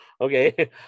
okay